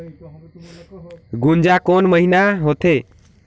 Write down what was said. गुनजा कोन महीना होथे?